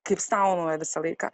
kaip saunoje visą laiką